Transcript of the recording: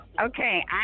Okay